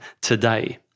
today